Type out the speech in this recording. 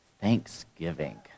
thanksgiving